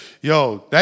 yo